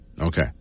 Okay